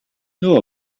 know